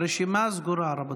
הרשימה סגורה, רבותיי.